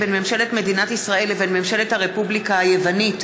בין ממשלת מדינת ישראל לבין ממשלת הרפובליקה היוונית